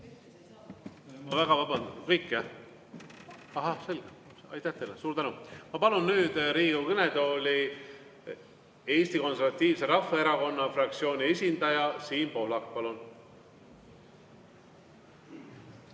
Ma palun Riigikogu kõnetooli Eesti Konservatiivse Rahvaerakonna fraktsiooni esindaja Siim Pohlaku. Palun!